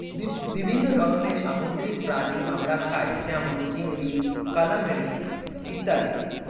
বিভিন্ন ধরনের সামুদ্রিক প্রাণী আমরা খাই যেমন চিংড়ি, কালামারী ইত্যাদি